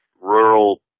rural